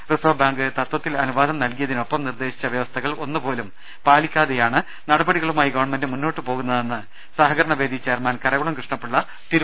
reserve bank തത്തിൽ അനുവാദം നൽകിയതിനൊപ്പം നിർദേശിച്ച വൃവസ്ഥകൾ ഒന്ന് പോലും പാലി ക്കാതെയാണ് നടപടികളുമായി ഗവൺമെന്റ് മുന്നോട്ട് പോകുന്നതെന്ന് സഹകരണവേദി ചെയർമാൻ കർകുളം കൃഷ്ണപിള്ള തിരുവനന്ത പുരത്ത് പറഞ്ഞു